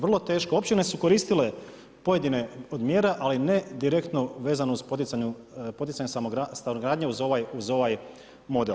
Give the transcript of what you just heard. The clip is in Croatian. Vrlo teško, općine su koristile pojedine od mjera ali ne direktno vezano uz poticajnu stanogradnju uz ovaj model.